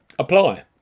apply